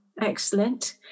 Excellent